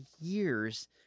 years